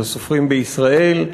לסופרים בישראל.